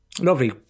Lovely